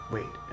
Wait